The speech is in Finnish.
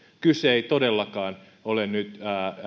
kyse ei todellakaan ole nyt